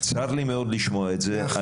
צר לי מאוד לשמוע את זה.